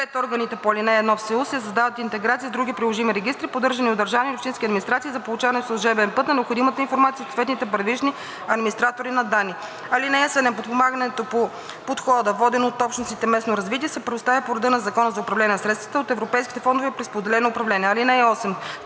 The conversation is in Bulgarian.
органите по ал. 1 в СЕУ се създава интеграция с други приложими регистри, поддържани от държавни или общински администрации за получаване по служебен път на необходимата информация от съответните първични администратори на данни. (7) Подпомагането по подхода „Водено от общностите местно развитие“ се предоставя по реда на Закона за управление на средствата от Европейските фондове при споделено управление. (8)